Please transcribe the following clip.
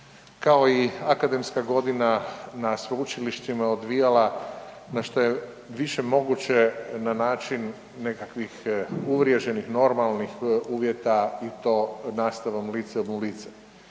kao i akademska godina na sveučilištima odvijala na što je više moguće na način nekakvih uvriježenih normalnih uvjeta i to nastavom licem u lice.